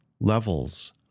levels